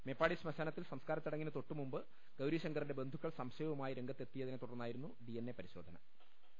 മേപ്പാടി ശ്മശാനത്തിൽ സംസ്കാരച്ചടങ്ങിനു തൊട്ട് മുമ്പ് ഗൌരീശങ്കറിന്റെ ബന്ധുക്കൾ സംശയവുമായി രംഗത്തെത്തിയ തിനെ തുടർന്നായിരുന്നു ഡിഎൻഎ പരിശോധ്യന നടത്തിയത്